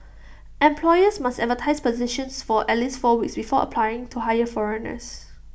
employers must advertise positions for at least four weeks before applying to hire foreigners